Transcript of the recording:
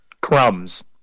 crumbs